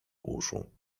uszu